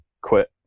quit